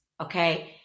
okay